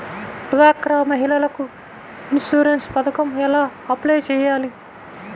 డ్వాక్రా మహిళలకు ఇన్సూరెన్స్ పథకం ఎలా అప్లై చెయ్యాలి?